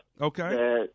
Okay